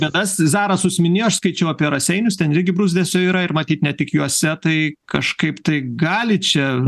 bėdas zarasus minėjo aš skaičiau apie raseinius ten irgi bruzdesio yra ir matyt ne tik juose tai kažkaip tai gali čia